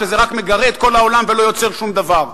שזה רק מגרה את כל העולם ולא יוצר שום דבר.